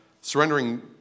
surrendering